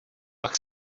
pak